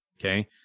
Okay